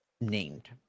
named